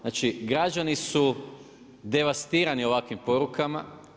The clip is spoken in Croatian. Znači građani su devastirani ovakvim porukama.